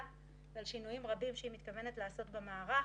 ועל שינויים רבים שהיא מתכוונת לעשות במערך.